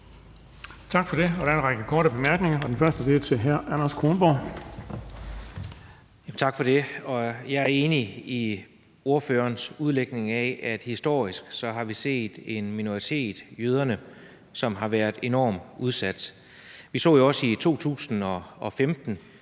Tak for det. Der er en række korte bemærkninger, og den første er til hr. Anders Kronborg. Kl. 12:16 Anders Kronborg (S): Tak for det. Jeg er enig i ordførerens udlægning af, at historisk har vi set en minoritet, jøderne, som har været enormt udsat. Vi så jo i 2015